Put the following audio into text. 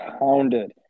pounded